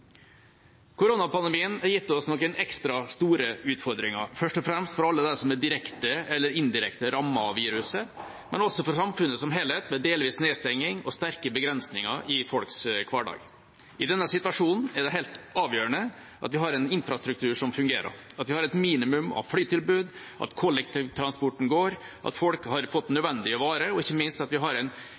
Koronapandemien har gitt oss noen ekstra store utfordringer, først og fremst for dem som er direkte eller indirekte rammet av viruset, men også for samfunnet som helhet, med delvis nedstenging og sterke begrensninger i folks hverdag. I denne situasjonen er det helt avgjørende at vi har en infrastruktur som fungerer, at vi har et minimum av flytilbud, at kollektivtransporten går, at folk har fått nødvendige varer, og ikke minst at vi har en